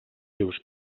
seus